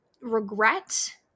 regret